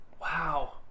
Wow